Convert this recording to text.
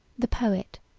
the poet,